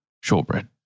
shortbread